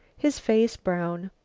his face brown.